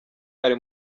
ari